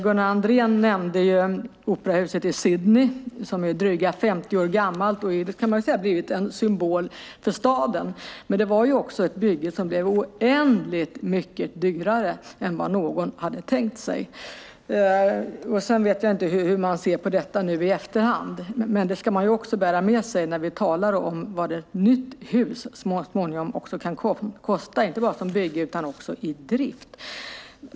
Gunnar Andrén nämnde operahuset i Sydney som är dryga 50 år gammalt och som - det kan man väl säga - har blivit en symbol för staden. Men det var också ett bygge som blev oändligt mycket dyrare än vad någon hade tänkt sig. Sedan vet jag inte hur man ser på detta nu i efterhand. Men det ska man också bära med sig när vi talar om vad ett nytt hus så småningom kan kosta, inte bara bygget utan även driften.